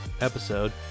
episode